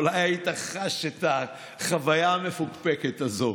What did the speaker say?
אולי היית חש את החוויה המפוקפקת הזו.